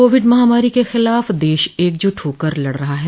Covid महामारी के खिलाफ देश एकजुट होकर लड़ रहा है